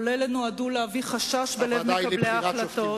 כל אלה נועדו להביא חשש בלב מקבלי ההחלטות,